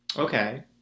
Okay